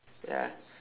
ya